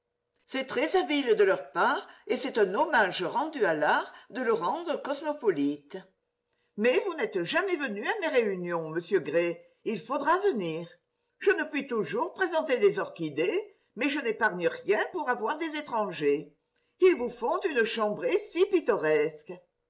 c'est très habile de leur part et c'est un hommage rendu à l'art de le rendre cosmopolite mais vous n'êtes jamais venu à mes réunions monsieur gray il faudra venir je ne puis toujours présenter des orchidées mais je n'épargne rien pour avoir des étrangers ils vous font une chambrée si pittoresque